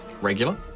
Regular